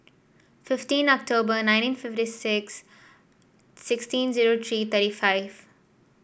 fifteen October nineteen fifty six sixteen zero three thirty five